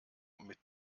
mit